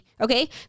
okay